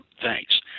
thanks